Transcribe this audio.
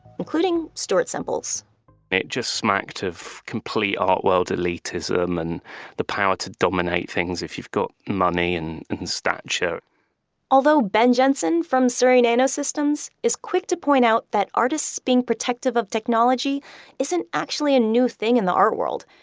including stuart semple's it just smacked of complete art world elitism and the power to dominate things if you've got money and stature although ben jensen from surrey nanosystems is quick to point out that artists being protective of technology isn't actually a new thing in the art world.